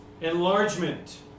enlargement